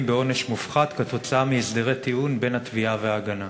בעונש מופחת עקב הסדרי טיעון בין התביעה וההגנה.